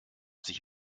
sich